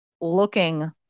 looking